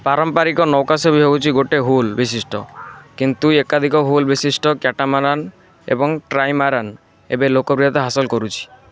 ପାରମ୍ପରିକ ନୌକା ସବୁ ହେଉଛି ଗୋଟିଏ ହୁଲ୍ ବିଶିଷ୍ଟ କିନ୍ତୁ ଏକାଧିକ ହୁଲ୍ ବିଶିଷ୍ଟ କ୍ୟାଟାମାରାନ୍ ଏବଂ ଟ୍ରାଇମାରାନ୍ ଏବେ ଲୋକପ୍ରିୟତା ହାସଲ କରୁଛି